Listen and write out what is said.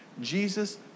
Jesus